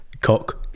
Cock